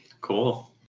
Cool